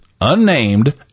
unnamed